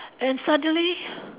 and suddenly